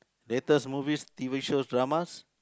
latest movies t_v shows dramas